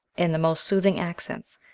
in the most soothing accents,